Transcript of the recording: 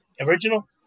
Original